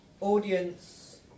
audience